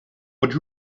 what